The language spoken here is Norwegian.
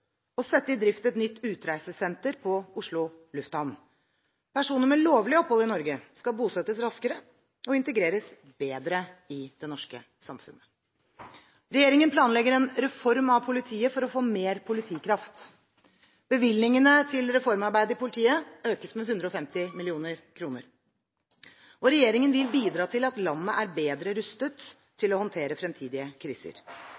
sette i drift et nytt utreisesenter på Oslo Lufthavn. Personer med lovlig opphold i Norge skal bosettes raskere og integreres bedre i det norske samfunnet. Regjeringen planlegger en reform av politiet for å få mer politikraft ut av ressursene. Bevilgningen til reformarbeidet i politiet økes med 150 mill. kr. Regjeringen vil bidra til at landet er bedre rustet til å håndtere fremtidige kriser.